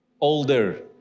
older